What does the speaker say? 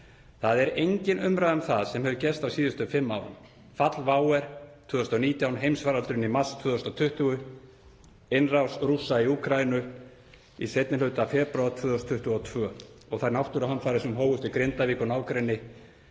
Það er engin umræða um það sem hefur gerst á síðustu fimm árum; fall WOW air 2019, heimsfaraldurinn í mars 2020, innrás Rússa í Úkraínu í seinni hluta febrúar 2022 og þær náttúruhamfarir sem hófust í Grindavík og nágrenni